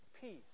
peace